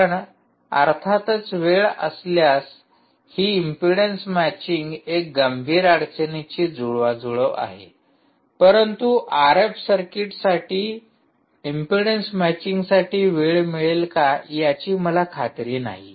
कारण अर्थातच वेळ असल्यास ही एम्पेडन्स मॅचिंग एक गंभीर अडचणीची जुळवाजुळव आहे परंतु आरएफ सर्किट्ससाठी एम्पेडन्स मॅचिंगसाठी वेळ मिळेल का याची मला खात्री नाही